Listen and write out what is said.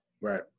right